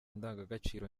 indangagaciro